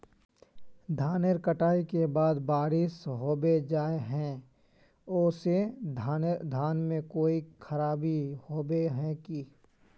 धानेर कटाई के बाद बारिश होबे जाए है ओ से धानेर में कोई खराबी होबे है की?